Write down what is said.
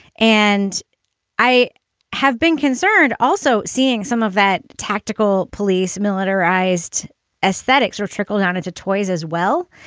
and i have been concerned also seeing some of that tactical police militarized aesthetics or trickle down into toys as well.